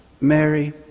Mary